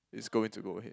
it's going to go ahead